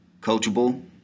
coachable